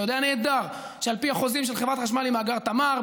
אתה יודע נהדר שעל פי החוזים של חברת חשמל עם מאגר תמר,